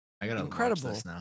Incredible